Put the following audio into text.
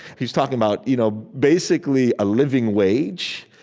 he was talking about, you know basically, a living wage.